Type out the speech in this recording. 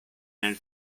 nel